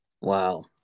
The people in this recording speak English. Wow